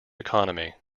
economy